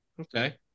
Okay